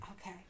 Okay